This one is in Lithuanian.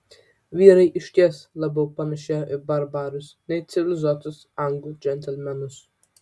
vyrai išties labiau panėšėjo į barbarus nei į civilizuotus anglų džentelmenus